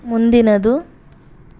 ಮುಂದಿನದು